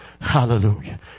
Hallelujah